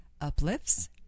uplifts